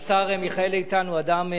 אז הוא אמר שבאמת היה ראוי וכו'.